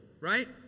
right